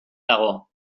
dago